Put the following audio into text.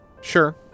Sure